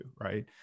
right